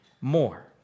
more